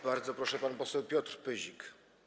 Bardzo proszę, pan poseł Piotr Pyzik.